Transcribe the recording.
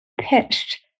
pitched